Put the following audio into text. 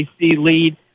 lead